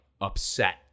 upset